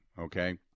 okay